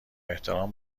احترام